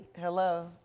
Hello